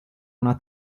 una